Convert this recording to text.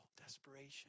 desperation